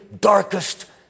darkest